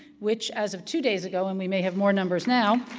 which, as of two days ago and we may have more numbers now